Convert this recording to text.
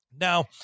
Now